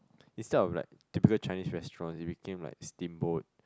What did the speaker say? instead of like typical Chinese restaurant it became like steamboat